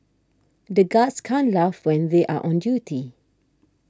the guards can't laugh when they are on duty